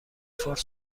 فارس